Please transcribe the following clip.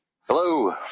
Hello